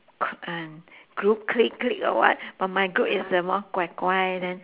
gr~ uh group clique clique or what but my group is the more guai guai then